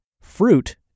fruit